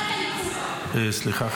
סליחה,